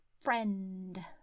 friend